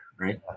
Right